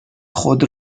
خود